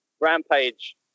Rampage